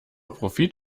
profit